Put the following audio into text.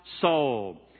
soul